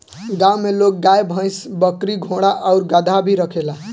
गांव में लोग गाय, भइस, बकरी, घोड़ा आउर गदहा भी रखेला